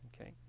Okay